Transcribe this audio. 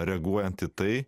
reaguojant į tai